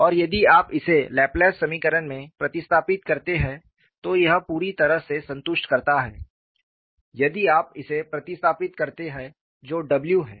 और यदि आप इसे लाप्लास समीकरण में प्रतिस्थापित करते हैं तो यह पूरी तरह से संतुष्ट करता है यदि आप इसे प्रतिस्थापित करते हैं जो w है